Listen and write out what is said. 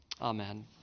Amen